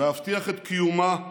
להבטיח את קיומה,